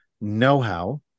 know-how